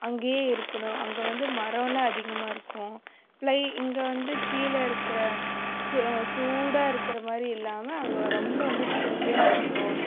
அங்கேயே இருக்கணும் அங்கே வந்து மரமெலாம் அதிகமாக இருக்கும் ப்ளை இங்கே வந்து கீழே இருக்கிற ஸ் சூடாக இருக்கிற மாதிரி இல்லாமல் அங்கே ரொம்ப வந்து சில்லுன்னு இருக்கும்